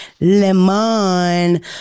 lemon